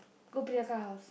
go Priya அக்கா:akkaa house